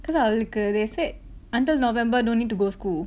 cause அவளுக்கு:avalukku they said until november don't need to go school